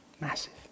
massive